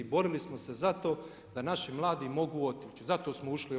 Borili smo se za to da naši mladi mogu otići, zato smo ušli u EU.